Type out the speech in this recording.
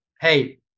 hey